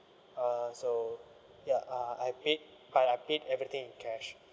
uh so ya uh I paid but I paid everything in cash